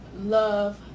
Love